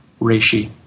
reishi